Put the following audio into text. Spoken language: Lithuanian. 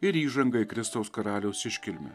ir įžanga į kristaus karaliaus iškilmę